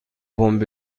پمپ